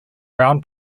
brown